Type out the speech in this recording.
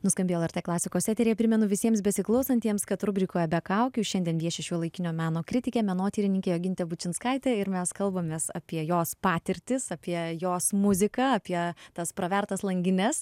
nuskambėjo lrt klasikos eteryje primenu visiems besiklausantiems kad rubrikoje be kaukių šiandien vieši šiuolaikinio meno kritikė menotyrininkė jogintė bučinskaitė ir mes kalbamės apie jos patirtis apie jos muziką apie tas pravertas langines